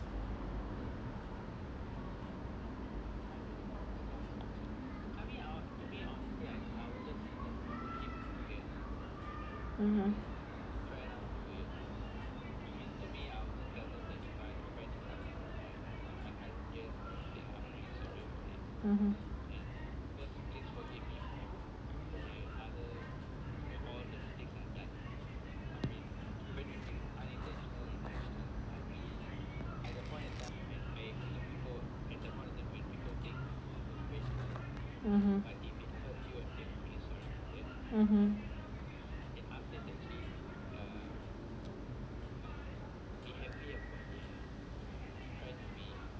(uh huh)